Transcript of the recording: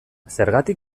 zergatik